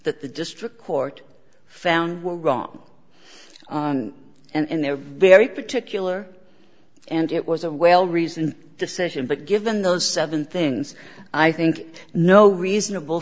that the district court found were wrong and they're very particular and it was a well reasoned decision but given those seven things i think no reasonable